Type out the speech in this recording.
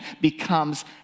becomes